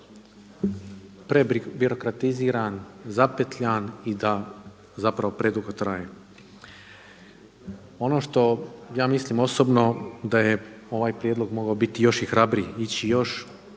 prebirokratiziran, zapetljan i zapravo predugo traje. Ono što ja mislim osobno da je ovaj prijedlog mogao biti još i hrabriji, ići još